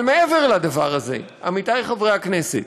אבל מעבר לדבר הזה, עמיתי חברי הכנסת,